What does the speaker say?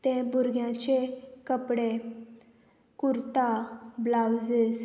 ते भुरग्यांचे कपडे कुर्ता ब्लावजीस